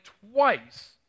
twice